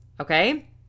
Okay